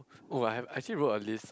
oh I I came over a list